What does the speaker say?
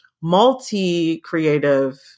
multi-creative